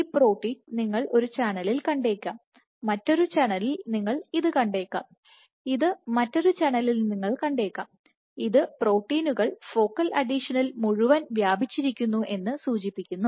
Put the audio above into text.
ഈ പ്രോട്ടീൻ നിങ്ങൾ ഒരു ചാനലിൽ കണ്ടേക്കാം മറ്റൊരു ചാനലിൽ നിങ്ങൾ ഇത് കണ്ടേക്കാം ഇത് മറ്റൊരു ചാനലിൽ നിങ്ങൾ കണ്ടേക്കാം ഇത് പ്രോട്ടീനുകൾ ഫോക്കൽ അഡീഷനിൽ മുഴുവൻ വ്യാപിച്ചിരിക്കുന്നു എന്ന് സൂചിപ്പിക്കുന്നു